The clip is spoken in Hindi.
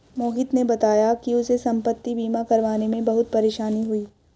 मोहित ने बताया कि उसे संपति बीमा करवाने में बहुत परेशानी हुई